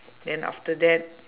then after that